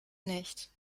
nicht